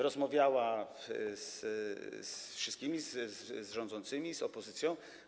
Rozmawiała ze wszystkimi: z rządzącymi i z opozycją.